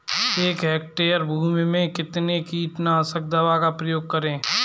एक हेक्टेयर भूमि में कितनी कीटनाशक दवा का प्रयोग करें?